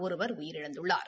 ஒருவர் உயிரிழந்துள்ளார்